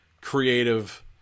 creative